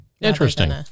interesting